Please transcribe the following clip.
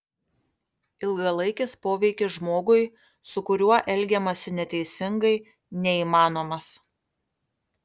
ilgalaikis poveikis žmogui su kuriuo elgiamasi neteisingai neįmanomas